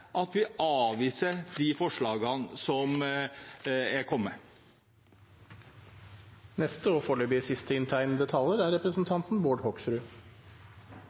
og vi avviser de forslagene som er kommet.